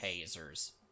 Hazers